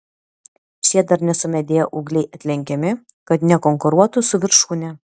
šie dar nesumedėję ūgliai atlenkiami kad nekonkuruotų su viršūne